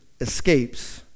escapes